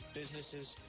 businesses